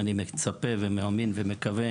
אני מצפה ומאמין ומקווה